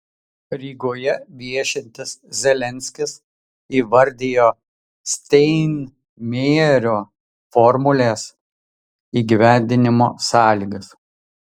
rygoje viešintis zelenskis įvardijo steinmeierio formulės įgyvendinimo sąlygas